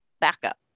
backup